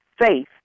faith